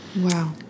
wow